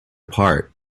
apart